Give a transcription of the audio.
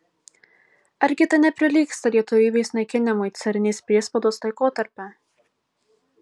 argi tai neprilygsta lietuvybės naikinimui carinės priespaudos laikotarpiu